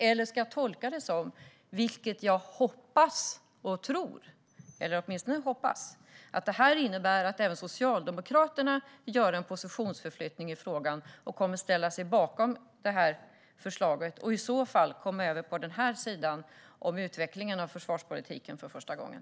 Eller ska jag tolka det som, vilket jag hoppas och tror, eller åtminstone hoppas, att det innebär att även Socialdemokraterna gör en positionsförflyttning i frågan och kommer att ställa sig bakom förslaget och att de i så fall kommer över på denna sida om utvecklingen av försvarspolitiken för första gången?